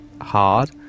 hard